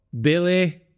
Billy